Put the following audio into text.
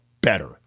better